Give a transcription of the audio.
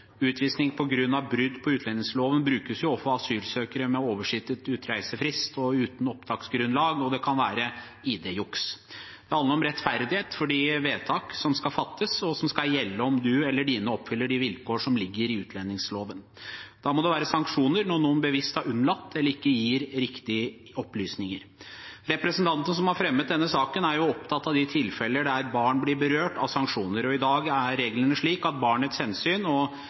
Utvisning på grunn av brudd på utlendingsloven brukes ofte når asylsøkere har oversittet utreisefristen og er uten oppholdsgrunnlag, eller det kan være ID-juks. Det handler om rettferdighet med hensyn til de vedtakene som skal fattes, og som skal gjelde om du eller dine oppfyller vilkår som ligger i utlendingsloven. Da må det være sanksjoner når noen bevisst har unnlatt å gi riktige opplysninger. Representantene som har fremmet denne saken, er opptatt av de tilfellene der barn blir berørt av sanksjoner. I dag er reglene slik at barnets hensyn og